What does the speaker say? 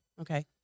Okay